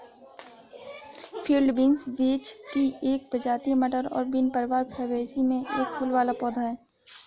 field beans vetch की एक प्रजाति है, मटर और बीन परिवार फैबेसी में एक फूल वाला पौधा है